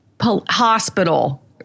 Hospital